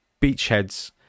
Beachheads